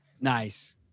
Nice